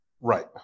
Right